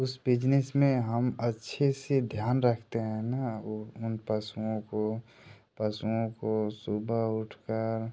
उस बिजनेस में हम अच्छे से ध्यान रखते हैं ना वो उन पशुओं को पशुओं को सुबह उठकर